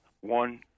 One